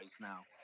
now